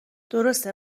درسته